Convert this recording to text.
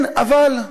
כן, אבל,